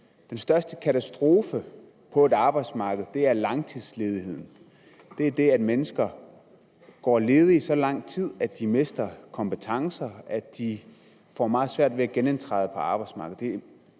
den største katastrofe på et arbejdsmarked er langtidsledighed. Det er det, at mennesker går ledige så lang tid, at de mister kompetencer, at de får meget svært ved at genindtræde på arbejdsmarkedet.